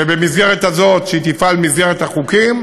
ובמסגרת הזאת שהיא תפעל במסגרת החוקים,